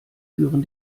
führen